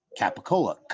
Capicola